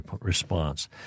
response